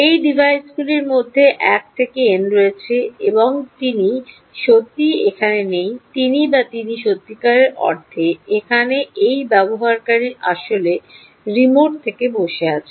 এই ডিভাইসগুলির মধ্যে 1 থেকে n রয়েছে এবং তিনি সত্যই এখানে নেই তিনি বা তিনি সত্যিকার অর্থে এখানে নেই ব্যবহারকারী আসলে রিমোট থেকে বসে আছেন